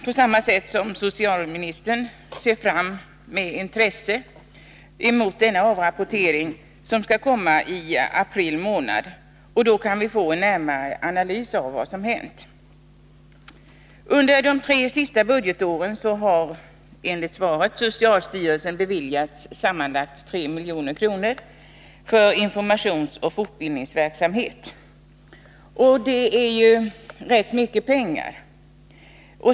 Precis som socialministern ser jag med intresse fram mot den avrapportering av den som skall komma i april månad. Då kan vi göra en närmare analys av vad som hänt. Under de tre senaste budgetåren har socialstyrelsen enligt svaret beviljats sammanlagt 3 milj.kr. för informationsoch fortbildningsverksamhet. Det är rätt mycket pengar.